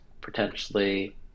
potentially